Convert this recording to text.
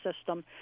system